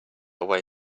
away